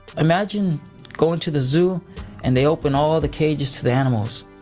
imagine going to the zoo and they open all the cages to the animals